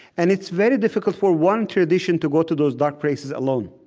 and it's very difficult for one tradition to go to those dark places alone.